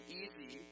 easy